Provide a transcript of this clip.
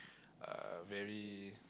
uh very